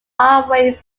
highways